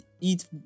eat